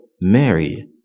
Mary